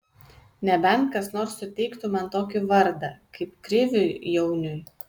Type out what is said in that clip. nebent kas nors suteiktų man tokį vardą kaip kriviui jauniui